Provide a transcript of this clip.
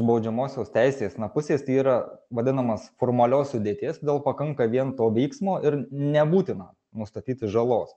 baudžiamosios teisės na pusės tai yra vadinamas formalios sudėties todėl pakanka vien to veiksmo ir nebūtina nustatyti žalos